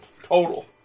total